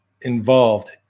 involved